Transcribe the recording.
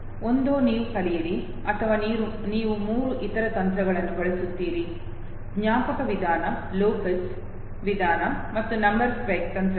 ಒಂದೋ ನೀವು ಕಲಿಯಿರಿ ಅಥವಾ ನೀವು ಮೂರು ಇತರ ತಂತ್ರಗಳನ್ನು ಬಳಸುತ್ತೀರಿ ಜ್ಞಾಪಕ ವಿಧಾನ ಲೋಕಸ್ ವಿಧಾನ ಮತ್ತು ನಂಬರ್ ಪೆಗ್ ತಂತ್ರಗಳು